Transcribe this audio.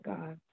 God